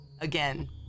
Again